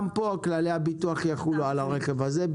גם כאן כללי הביטוח יחולו על הרכב העצמאי הזה.